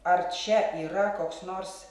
ar čia yra koks nors